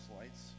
lights